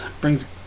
brings